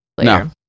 No